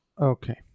Okay